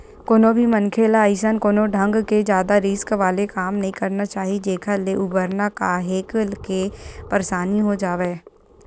कोनो भी मनखे ल अइसन कोनो ढंग के जादा रिस्क वाले काम नइ करना चाही जेखर ले उबरना काहेक के परसानी हो जावय